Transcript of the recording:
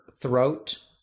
throat